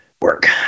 work